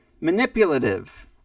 manipulative